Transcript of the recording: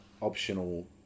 optional